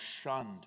shunned